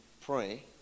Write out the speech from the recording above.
pray